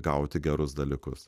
gauti gerus dalykus